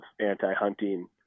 anti-hunting